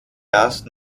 das